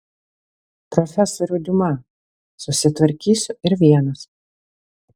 profesoriau diuma susitvarkysiu ir vienas